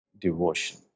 devotion